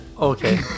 Okay